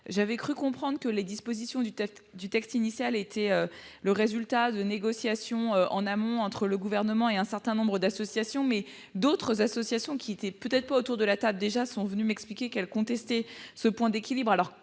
Lavarde. Je croyais que les dispositions du texte initial étaient le résultat de négociations menées en amont entre le Gouvernement et un certain nombre d'associations. Toutefois, certaines associations, qui n'étaient peut-être pas présentes autour de la table, sont venues m'expliquer qu'elles contestaient ce point d'équilibre.